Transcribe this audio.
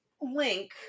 link